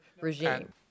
regime